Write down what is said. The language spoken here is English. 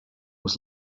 was